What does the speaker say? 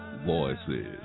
Voices